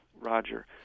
Roger